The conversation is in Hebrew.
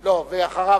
אחריו,